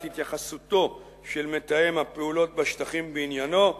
התייחסותו של מתאם הפעולות בשטחים בעניינו,